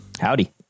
Howdy